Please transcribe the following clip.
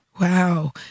Wow